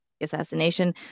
assassination